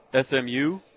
SMU